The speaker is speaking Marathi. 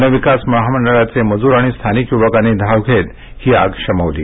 वनविकास महामंडळाचे मजूर आणि स्थानिक युवकांनी धाव घेत ही आग शमवली